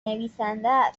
نویسنده